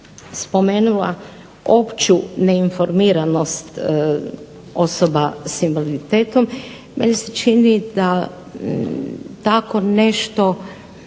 spomenula opću neinformiranost osoba s invaliditetom. Meni se čini da tako nešto